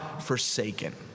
forsaken